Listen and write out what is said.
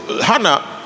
Hannah